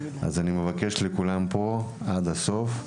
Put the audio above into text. אני מבקש מכולם פה: עד הסוף.